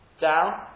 down